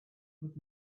with